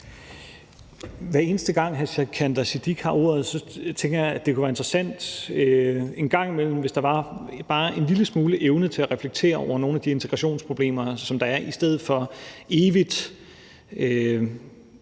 Hver eneste gang hr. Sikandar Siddique har ordet, tænker jeg, at det en gang imellem kunne være interessant, hvis der var bare en lille smule evne til at reflektere over nogle af de integrationsproblemer, som der er, i stedet for evigt